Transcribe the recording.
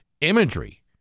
imagery